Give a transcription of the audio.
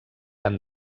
han